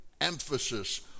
emphasis